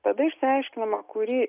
tada išsiaiškinama kurį